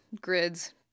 grids